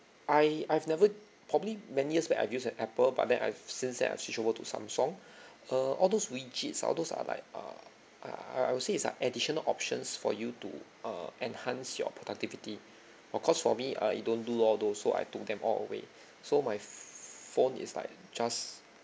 I I've never probably many years back I've used an apple but then I've since then I've switch over to Samsung err all those widgets all those are like uh uh I I would say it's like additional options for you to uh enhance your productivity of course for me uh it don't do all those so I took them all away so my phone is like just